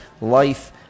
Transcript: life